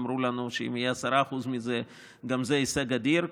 אמרו לנו שאם יהיו 10% מזה, גם זה הישג אדיר.